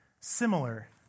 similar